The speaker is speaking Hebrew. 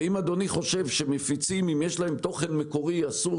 ואם אדוני חושב שאם למפיצים יש תוכן מקורי אסור